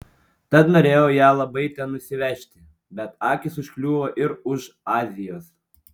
tad norėjau ją labai ten nusivežti bet akys užkliuvo ir už azijos